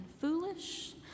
foolish